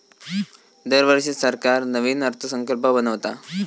दरवर्षी सरकार नवीन अर्थसंकल्प बनवता